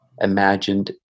imagined